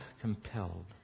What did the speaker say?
compelled